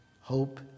Hope